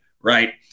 right